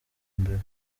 mbere